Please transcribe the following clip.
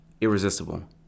irresistible